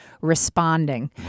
responding